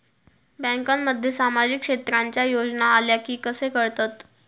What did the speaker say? बँकांमध्ये सामाजिक क्षेत्रांच्या योजना आल्या की कसे कळतत?